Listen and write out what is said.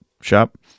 shop